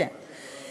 הלא-מפוקחת, כן.